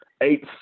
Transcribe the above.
Eight